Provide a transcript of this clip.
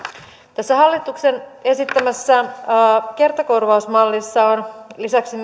tässä hallituksen esittämässä kertakorvausmallissa on lisäksi